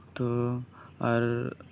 ᱛᱚ ᱟᱨ